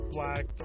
Black